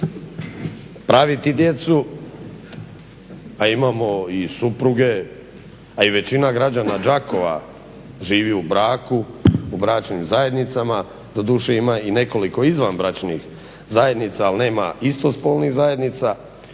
praviti djecu, a imamo i supruge, a i većina građana Đakova živi u braku, u bračnim zajednicama, doduše ima i nekoliko izvanbračnih zajednica, ali nema istospolnih zajednica,